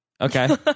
Okay